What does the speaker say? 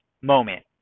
moment